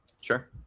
Sure